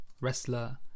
wrestler